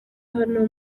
hano